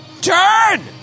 turn